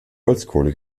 holzkohle